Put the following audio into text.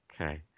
Okay